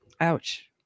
Ouch